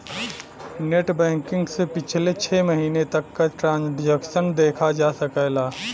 net banking से पिछले छः महीने तक क ट्रांसैक्शन देखा जा सकला